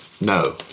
no